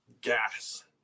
gas